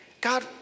God